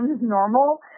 normal